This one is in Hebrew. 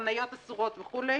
חנויות אסורות וכו'.